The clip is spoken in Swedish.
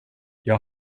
jag